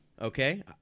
Okay